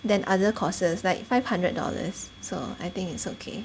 than other courses like five hundred dollars so I think it's okay